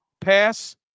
pass